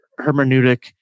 hermeneutic